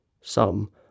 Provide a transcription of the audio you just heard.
Some